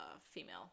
female